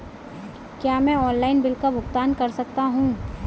क्या मैं online bill का भुगतान कर सकता हूँ?